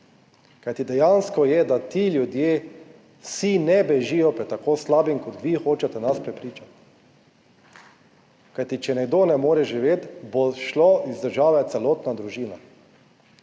kajti dejansko je, da ti ljudje vsi ne bežijo pred tako slabim kot vi hočete nas prepričati, kajti, če nekdo ne more živeti, bo šlo iz države celotna družina.